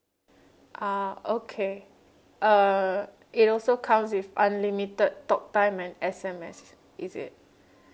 ah okay uh it also comes with unlimited talk time and S_M_S is it